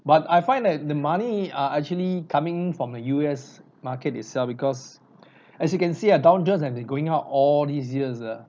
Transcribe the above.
but I find that the money are actually coming from the U_S market itself because as you can see ah and they going out all these years ah